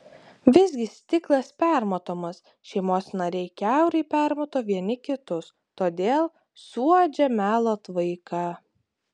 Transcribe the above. visgi stiklas permatomas šeimos nariai kiaurai permato vieni kitus todėl suuodžia melo tvaiką